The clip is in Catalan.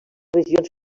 regions